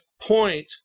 point